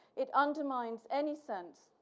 it undermines any sense,